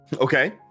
Okay